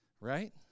right